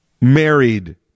married